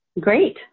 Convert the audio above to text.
great